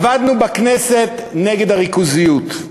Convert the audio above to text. עבדנו בכנסת נגד הריכוזיות,